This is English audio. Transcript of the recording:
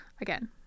again